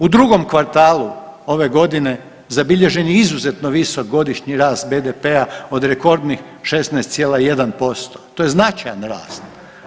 U drugom kvartalu ove godine zabilježen je izuzetno visok godišnji rast BDP-a od rekordnih 16,1% to je značajan rast.